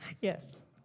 Yes